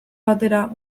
batera